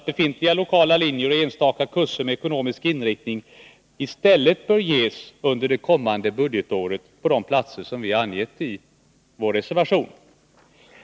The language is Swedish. Befintliga lokala linjer och enstaka kurser med ekonomisk inriktning bör enligt vår uppfattning i stället ges även under kommande budgetår på de platser som vi anvisat i vår reservation.